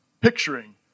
picturing